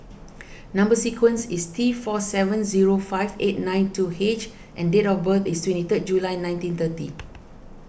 Number Sequence is T four seven zero five eight nine two H and date of birth is twenty third July nineteen thirty